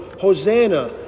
Hosanna